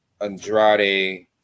Andrade